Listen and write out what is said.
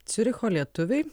ciuricho lietuviai